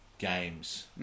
Games